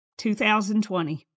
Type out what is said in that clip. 2020